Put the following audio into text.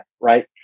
right